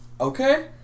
Okay